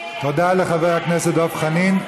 תודה לחבר הכנסת דב חנין.